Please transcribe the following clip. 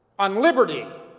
on liberty,